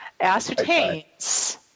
Ascertains